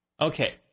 Okay